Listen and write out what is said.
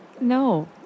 No